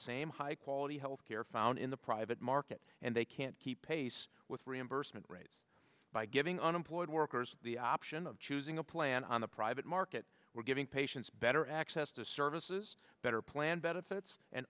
same high quality health care found in the private market and they can't keep pace with reimbursement rates by giving unemployed workers the option of choosing a plan on the private market were giving patients better access to services better plan benefits and